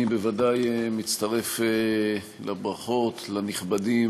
אני בוודאי מצטרף לברכות לנכבדים,